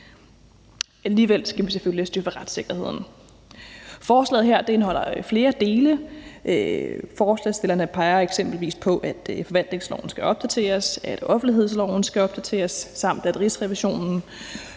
selvfølgelig have styr på retssikkerheden. Forslaget her indeholder flere dele. Forslagsstillerne peger eksempelvis på, at forvaltningsloven skal opdateres, at offentlighedsloven skal opdateres, samt at Rigsrevisionen,